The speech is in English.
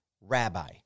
Rabbi